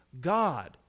God